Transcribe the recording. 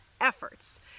efforts